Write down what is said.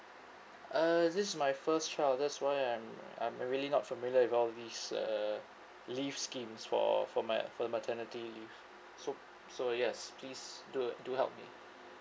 uh this is my first child that's why I'm I'm I really not familiar with all these uh leave schemes for for my for maternity leave so so yes please do uh do help me